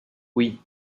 oui